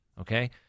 Okay